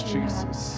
Jesus